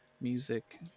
music